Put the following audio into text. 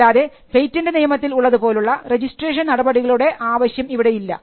അല്ലാതെ പേറ്റന്റ് നിയമത്തിൽ ഉള്ളത് പോലുള്ള രജിസ്ട്രേഷൻ നടപടികളുടെ ആവശ്യം ഇവിടെയില്ല